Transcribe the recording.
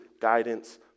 guidance